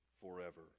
forever